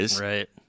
Right